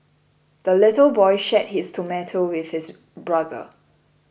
the little boy shared his tomato with his brother